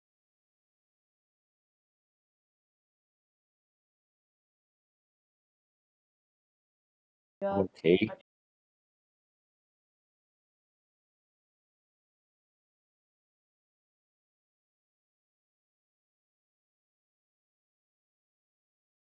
okay